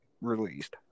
released